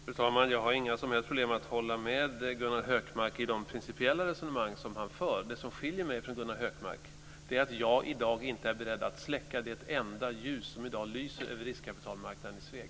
Fru talman! Jag har inga som helst problem att hålla med Gunnar Hökmark i de principiella resonemang som han för. Det som skiljer mig från Gunnar Hökmark är att jag i dag inte är beredd att släcka det enda ljus som lyser över riskkapitalmarknaden i Sveg.